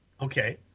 Okay